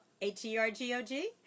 H-E-R-G-O-G